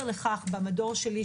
במדור שלי,